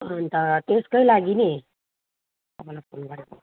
अन्त त्यसकै लागि नि तपाईँलाई फोन गरेको